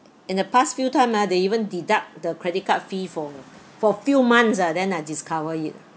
in the past few time ah they even deduct the credit card fee for for few months ah then I discover it